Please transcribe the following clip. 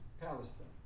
Palestine